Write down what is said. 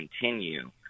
continue